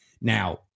Now